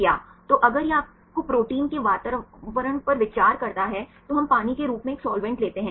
तो अगर यह आपको प्रोटीन के वातावरण पर विचार करता है तो हम पानी के रूप में एक साल्वेंट लेते हैं